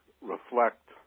reflect